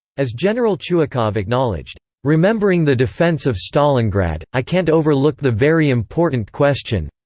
as general chuikov acknowledged, remembering the defence of stalingrad, i can't overlook the very important question.